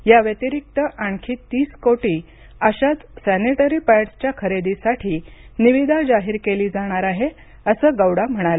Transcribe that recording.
या व्यतिरिक्त आणखी तीस कोटी अशाच सॅनिटरी पॅडसच्या खरेदीसाठी निविदा जाहीर केली जाणार आहे असं गौडा म्हणाले